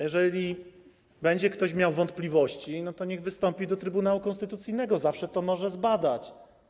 Jeżeli ktoś będzie miał wątpliwości, to niech wystąpi do Trybunału Konstytucyjnego, zawsze to może zbadać.